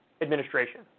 administration